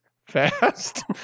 fast